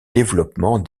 développement